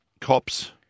cops